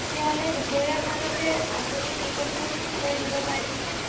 তেতিয়াহ'লে দুপৰীয়াখনতে আপুনি টিকটটো ঠিক কৰি দিব পাৰিবনে